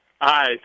Hi